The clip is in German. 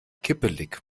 kippelig